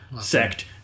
sect